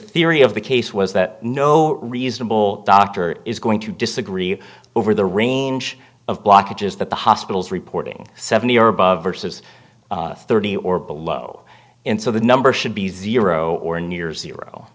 ory of the case was that no reasonable doctor is going to disagree over the range of blockages that the hospitals reporting seventy or above versus thirty or below and so the number should be zero or near zero